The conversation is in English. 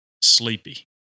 sleepy